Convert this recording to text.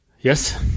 yes